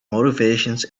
motivations